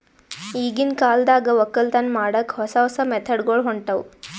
ಈಗಿನ್ ಕಾಲದಾಗ್ ವಕ್ಕಲತನ್ ಮಾಡಕ್ಕ್ ಹೊಸ ಹೊಸ ಮೆಥಡ್ ಗೊಳ್ ಹೊಂಟವ್